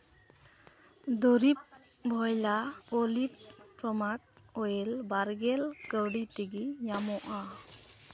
ᱫᱩᱨᱤᱵ ᱵᱷᱚᱭᱞᱟ ᱚᱞᱤᱵᱷ ᱯᱚᱢᱟᱠ ᱚᱭᱮᱞ ᱵᱟᱨ ᱜᱮᱞ ᱠᱟᱹᱣᱰᱤ ᱛᱮᱜᱮ ᱧᱟᱢᱚᱜᱼᱟ